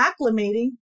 acclimating